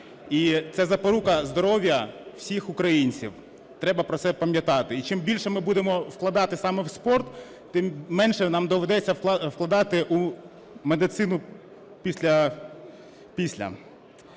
І це запорука здоров'я всіх українців, треба про це пам'ятати. І чим більше ми будемо вкладати саме в спорт, тим менше нам доведеться вкладати у медицину після.